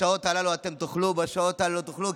בשעות הללו אתם תאכלו ובשעות הללו לא תאכלו,